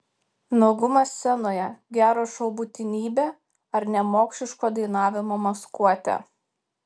nuogumas scenoje gero šou būtinybė ar nemokšiško dainavimo maskuotė